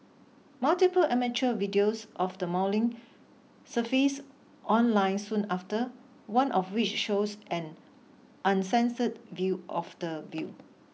multiple amateur videos of the mauling surfaced online soon after one of which shows an uncensored view of the view